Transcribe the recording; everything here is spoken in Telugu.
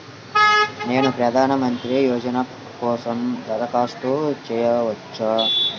నేను ప్రధాన మంత్రి యోజన కోసం దరఖాస్తు చేయవచ్చా?